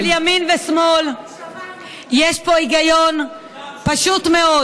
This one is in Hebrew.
של ימין ושמאל, יש פה היגיון פשוט מאוד.